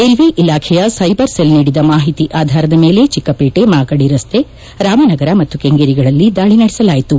railway ಇಲಾಖೆಯ cyber cell ನೀಡಿದ ಮಾಹಿತಿ ಆಧಾರದ ಮೇಲೆ ಚಿಕ್ಕಪೇಟೆ ಮಾಗಡಿ ರಸ್ತೆ ರಾಮನಗರ ಮತ್ತು ಕೆಂಗೇರಿಗಳಲ್ಲಿ ದಾಳಿ ನಡೆಸಲಾಯಿತು